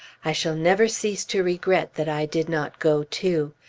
i shall never cease to regret that i did not go too.